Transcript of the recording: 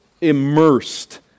immersed